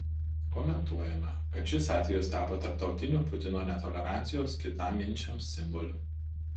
komentuojama kad šis atvejis tapo tarptautiniu putino netolerancijos kitaminčiams simboliu